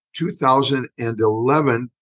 2011